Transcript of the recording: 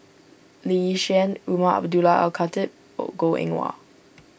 Lee Yi Shyan Umar Abdullah Al Khatib Goh Eng Wah